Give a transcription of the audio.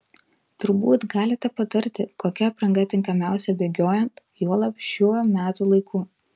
turbūt galite patarti kokia apranga tinkamiausia bėgiojant juolab šiuo metų laiku